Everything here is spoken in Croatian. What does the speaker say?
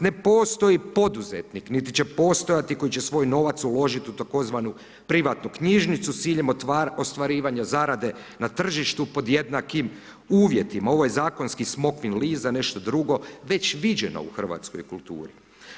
Ne postoji poduzetnik niti će postojati koji će svoj novac uložit u tzv. privatnu knjižnicu s ciljem ostvarivanja zarade na tržištu pod jednakim uvjetima, ovo je zakonski smokvin list za nešto drugo, već viđeno u hrvatskoj kulturi.